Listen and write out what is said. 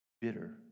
Bitter